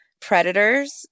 predators